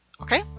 Okay